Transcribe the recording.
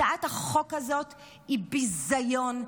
הצעת החוק הזה היא ביזיון,